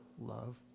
love